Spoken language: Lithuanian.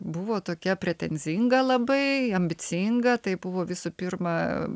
buvo tokia pretenzinga labai ambicinga tai buvo visų pirma